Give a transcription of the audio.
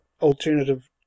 alternative